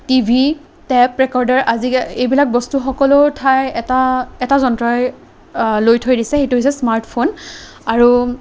T V tape recorder আজি এইবিলাক বস্তু সকলো ঠাই এটা এটা যন্ত্ৰই লৈ থৈ দিছে সেইটো হৈছে স্মাৰ্টফোন আৰু